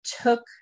took